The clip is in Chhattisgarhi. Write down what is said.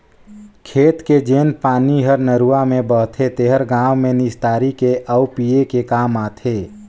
खेत के जेन पानी हर नरूवा में बहथे तेहर गांव में निस्तारी के आउ पिए के काम आथे